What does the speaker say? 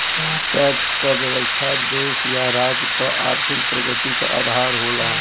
tax क व्यवस्था देश या राज्य क आर्थिक प्रगति क आधार होला